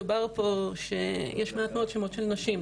דובר פה שיש מעט מאוד שמות של נשים,